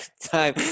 time